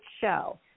show